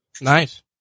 Nice